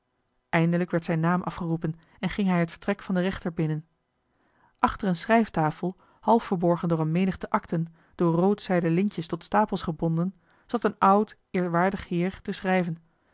eindelijk werd zijn naam afgeroepen en ging hij het vertrek van den rechter binnen achter eene schrijftafel half verborgen door een menigte akten door rood zijden lintjes tot stapels gebonden zat een oud eerwaardig heer te schrijven